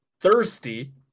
thirsty